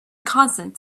constant